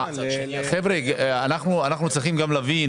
צריכים להבין